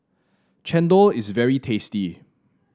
chendol is very tasty